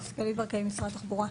סיגלית ברקאי, משרד התחבורה.